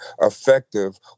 effective